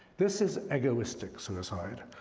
this is egoistic suicide,